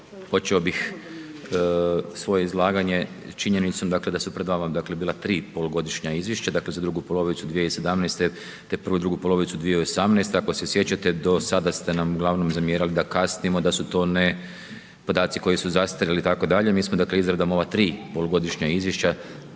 počeo bih svoje izlaganje činjenicom dakle da su pred vama bila 3 polugodišnja izvješća, dakle za drugu polovicu 2017. te prvu i drugu polovicu 2018. ako sjećate, do sada ste nam uglavnom zamjerali da kasnimo, da su to podaci koji su zastarjeli itd., mi smo dakle izradom ova tri polugodišnja izvješća